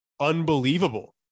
unbelievable